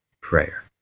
Prayer